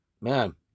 man